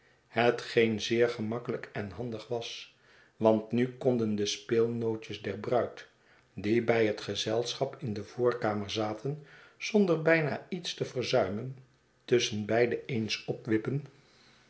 hetgeen zeer gemakkelijk en handig was want nu konden de speelnootjes der bruid die bij het gezelschap in de voorkamer zaten zonder bijna iets te verzuimen tusschenbeide eens opwippen